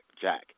Jack